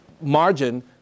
margin